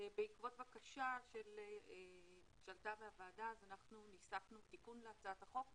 בעקבות בקשה שעלתה מהוועדה אנחנו ניסחנו תיקון להצעת החוק.